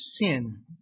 sin